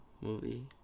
movie